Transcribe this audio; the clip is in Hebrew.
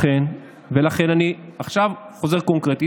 ולכן אני עכשיו חוזר קונקרטית.